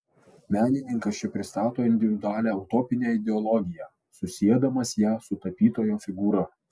menininkas čia pristato individualią utopinę ideologiją susiedamas ją su tapytojo figūra